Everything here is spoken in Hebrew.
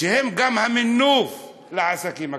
שגם הם המנוף לעסקים הקטנים.